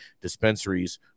dispensaries